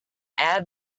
add